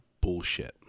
bullshit